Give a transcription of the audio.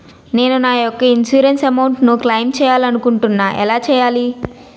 నేను నా యెక్క ఇన్సురెన్స్ అమౌంట్ ను క్లైమ్ చేయాలనుకుంటున్నా ఎలా చేయాలి?